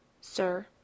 Sir